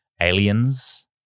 aliens